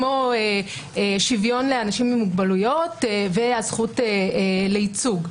כמו שוויון לאנשים עם מוגבלויות והזכות לייצוג.